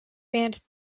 band